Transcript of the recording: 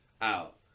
out